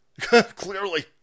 Clearly